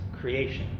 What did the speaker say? creation